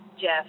Jeff